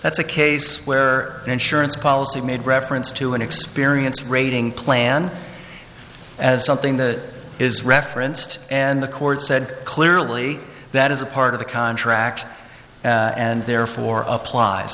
that's a case where insurance policy made reference to an experience rating plan as something that is referenced and the court said clearly that is a part of the contract and